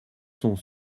sont